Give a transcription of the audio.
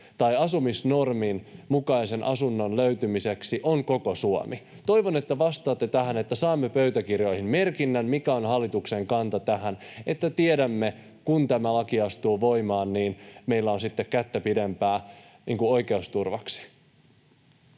asumisnormin mukaisen asunnon löytymiseksi on koko Suomi? Toivon, että vastaatte tähän, niin että saamme pöytäkirjoihin merkinnän, mikä on hallituksen kanta tähän, niin että tiedämme, että kun tämä laki astuu voimaan, niin meillä on sitten kättä pidempää oikeusturvaksi.